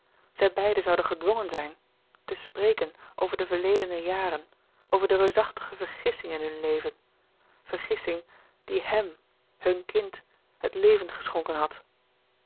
zij beiden zouden gedwongen zijn te spreken over de verledene jaren over de reusachtige vergissing in hun leven vergissing die hem hun kind het leven geschonken had